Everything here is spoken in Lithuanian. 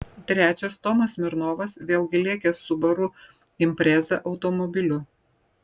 trečias tomas smirnovas vėlgi lėkęs subaru impreza automobiliu